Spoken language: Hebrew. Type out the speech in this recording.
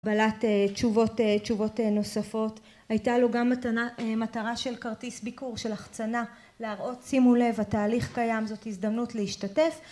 בעלת תשובות נוספות. הייתה לו גם מטרה של כרטיס ביקור, של החצנה, להראות, שימו לב, התהליך קיים, זאת הזדמנות להשתתף